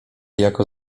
jako